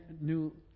new